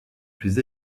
plus